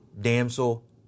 damsel